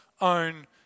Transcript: own